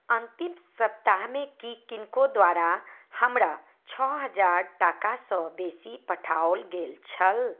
अन्तिम सप्ताहमे की किनको द्वारा हमरा छओ हजार टाकासँ बेसी पठाओल गेल छल